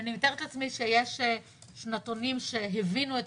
אני מתארת לעצמי שיש שנתונים שהבינו את